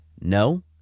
No